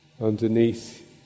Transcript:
underneath